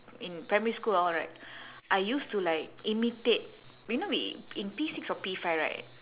in primary school all right I used to like imitate you know we in P six or P five right